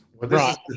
Right